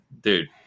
Dude